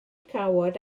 cawod